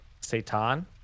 Satan